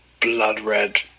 blood-red